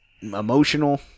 emotional